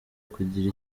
kugira